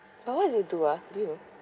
but what to do ah do you